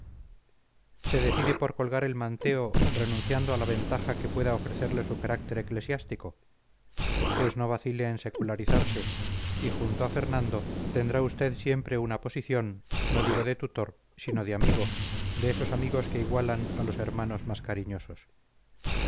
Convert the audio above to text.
se decide por colgar el manteo renunciando a la ventaja que pueda ofrecerle su carácter eclesiástico pues no vacile en secularizarse y junto a fernando tendrá usted siempre una posición no digo de tutor sino de amigo de esos amigos que igualan a los hermanos más cariñosos